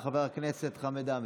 חבר הכנסת חמד עמאר,